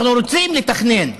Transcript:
אנחנו רוצים לתכנן,